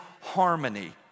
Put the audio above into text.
harmony